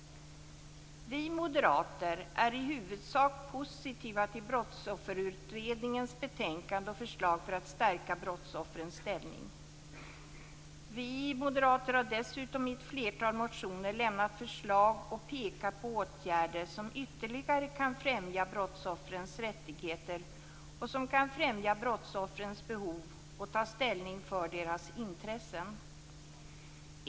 Vi moderater är i huvudsak positiva till Brottsofferutredningens betänkande och förslag för att stärka brottsoffrens ställning. Vi moderater har dessutom i ett flertal motioner lämnat förslag och pekat på åtgärder som ytterligare kan främja brottsoffrens rättigheter, som kan främja deras behov och kan ta ställning för deras intressen.